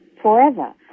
forever